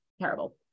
Terrible